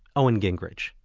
owen gingerich.